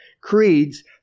creeds